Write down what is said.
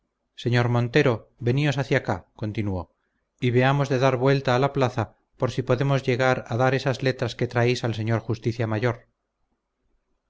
señor montero veníos hacia acá continuó y veamos de dar vuelta a la plaza por si podemos llegar a dar esas letras que traéis al señor justicia mayor